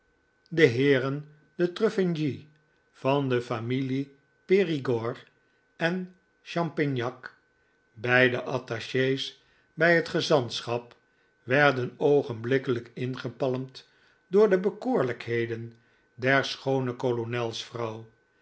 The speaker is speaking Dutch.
de heeren de trufflgny van de familie perigord en champignac beiden attache's bij het gezantschap werden oogenblikkelijk ingepalmd door de bekoorlijkheden der schoone kolonelsvrouw